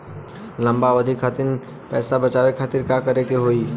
लंबा अवधि खातिर पैसा बचावे खातिर का करे के होयी?